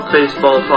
Baseball